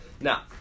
Now